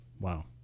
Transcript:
Wow